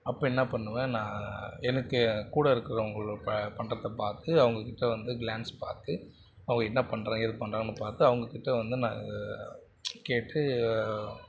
அப்போ என்ன பண்ணுவேன் நான் எனக்கு கூட இருக்கிறவங்கள ப பண்றதை பார்த்து அவங்ககிட்ட வந்து க்ளான்ஸ் பார்த்து அவங்க என்ன பண்றாங்க ஏது பண்றாங்கன்னு பார்த்து அவங்ககிட்ட வந்து நான் கேட்டு